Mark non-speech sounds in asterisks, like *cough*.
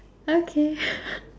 okay *laughs*